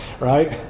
right